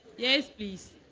yes, please.